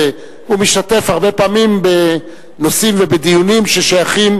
והוא משתתף הרבה פעמים בנושאים ובדיונים ששייכים